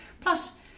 Plus